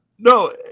No